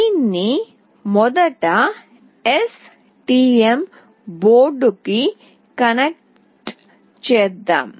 దీన్ని మొదట STM బోర్డుకి కనెక్ట్ చేద్దాం